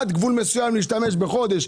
שאין בעצם תשובות למה היא לא עובדת,